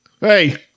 Hey